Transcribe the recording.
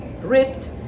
ripped